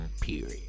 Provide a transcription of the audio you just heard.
period